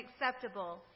acceptable